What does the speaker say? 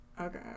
Okay